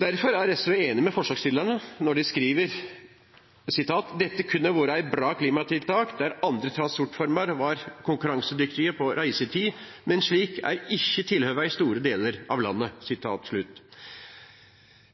Derfor er SV enig med forslagsstillerne når de skriver: «Dette kunne vore eit bra klimatiltak der andre transportformer var konkurransedyktige på reisetid, men slik er ikkje tilhøva i store delar av landet.»